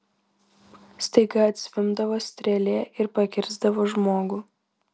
staiga atzvimbdavo strėlė ir pakirsdavo žmogų